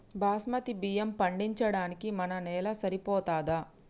బాస్మతి బియ్యం పండించడానికి మన నేల సరిపోతదా?